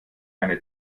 eine